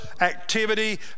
activity